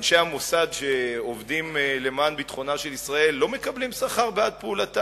אנשי המוסד למען ביטחונה של ישראל לא מקבלים שכר בעד פעולתם?